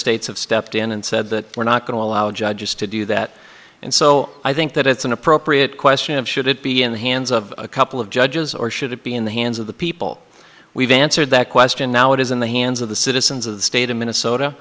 states have stepped in and said that we're not going to allow judges to do that and so i think that it's an appropriate question of should it be in the hands of a couple of judges or should it be in the hands of the people we've answered that question now it is in the hands of the citizens of the state of minnesota